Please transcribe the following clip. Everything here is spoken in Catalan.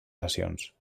sessions